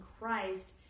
christ